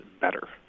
better